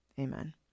amen